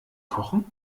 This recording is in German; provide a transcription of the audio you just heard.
kochen